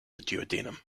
duodenum